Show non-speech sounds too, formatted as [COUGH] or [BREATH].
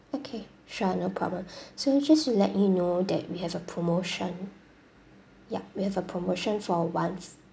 okay sure no problem [BREATH] so just to let you know that we have a promotion yup we have a promotion for one f~